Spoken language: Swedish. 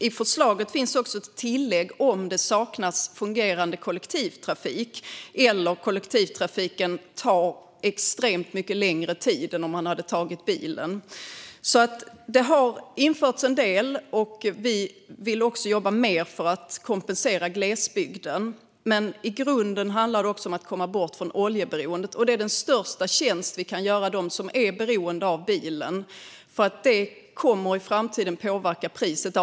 I förslaget finns också ett tillägg för fall där fungerande kollektivtrafik saknas eller där det tar extremt mycket längre tid med kollektivtrafik än med bil. Det har alltså införts en del, och vi vill jobba mer för att kompensera glesbygden. Men i grunden handlar det om att komma bort från oljeberoendet, och det är den största tjänst vi kan göra dem som är beroende av bilen. Det kommer i framtiden att påverka priset.